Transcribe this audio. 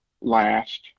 last